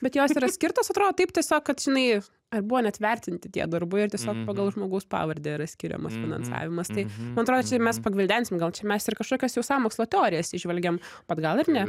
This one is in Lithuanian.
bet jos yra skirtos atrodo taip tiesiog kad žinai ar buvo net vertinti tie darbai ar tiesiog pagal žmogaus pavardę yra skiriamas finansavimas tai man atrodo čia mes pagvildensim gal čia mes ir kažkokias jau sąmokslo teorijas įžvelgiam bet gal ir ne